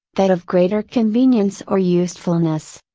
that of greater convenience or usefulness.